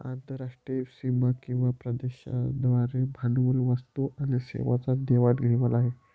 आंतरराष्ट्रीय सीमा किंवा प्रदेशांद्वारे भांडवल, वस्तू आणि सेवांची देवाण घेवाण आहे